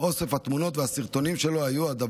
אוסף התמונות והסרטונים שלו היו הדבר